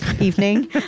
evening